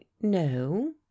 no